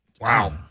Wow